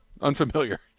Unfamiliar